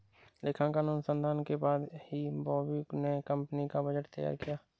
लेखांकन अनुसंधान के बाद ही बॉबी ने कंपनी का बजट तैयार किया